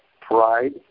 pride